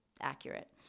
accurate